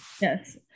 Yes